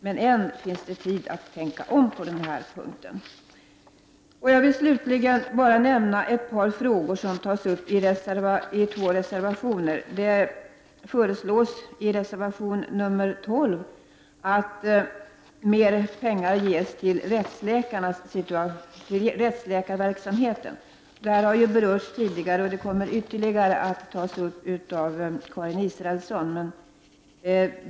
Men än finns det tid att tänka om. Slutligen vill jag nämna ett par frågor som berörs i två reservationer. Det föreslås i reservation nr 12 att mer pengar skall ges till rättsläkarverksamheten. Denna fråga har berörts tidigare, och den kommer att diskuteras ytterligare av Karin Israelsson.